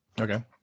Okay